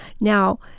Now